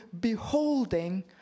beholding